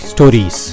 Stories